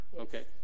Okay